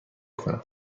کنم